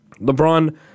LeBron